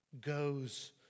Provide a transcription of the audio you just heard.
goes